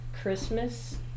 Christmas